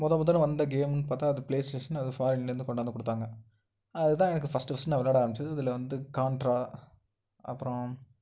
மொத முதல்ல வந்த கேமுன்னு பார்த்தா அது ப்ளே ஸ்டேஷன் அது ஃபாரின்லேருந்து கொண்டாந்து கொடுத்தாங்க அதுதான் எனக்கு ஃபஸ்ட்டு ஃபஸ்ட்டு நான் வெளாட ஆரமிச்சது இதில் வந்து கான்ட்ரா அப்புறம்